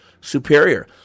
superior